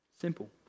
Simple